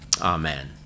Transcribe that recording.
Amen